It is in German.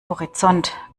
horizont